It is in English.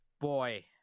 Boy